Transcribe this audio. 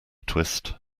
twist